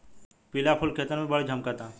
पिला फूल खेतन में बड़ झम्कता